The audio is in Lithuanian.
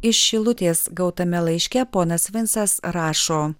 iš šilutės gautame laiške ponas vincas rašo